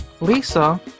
Lisa